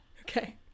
Okay